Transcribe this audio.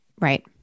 Right